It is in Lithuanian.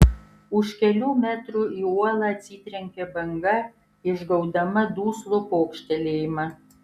už kelių metrų į uolą atsitrenkė banga išgaudama duslų pokštelėjimą